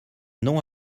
non